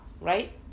right